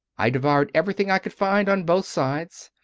i devoured everything i could find, on both sides.